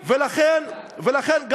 ולכן,